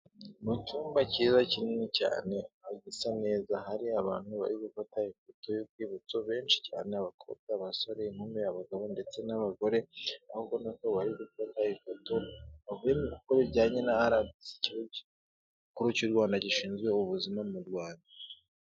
Mu cyumba cyiza kinini cyane hari gusa neza hari abantu bari gufata ifoto y'urwibutso benshi cyane abakobwa, abasore, inkumi, abagabo ndetse n'abagore, nabo ubona ko bari gufata ifoto be uko bijyanye na haranditse ikigo gikuru cy'u Rwanda gishinzwe ubuzima mu Rwanda.